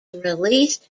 released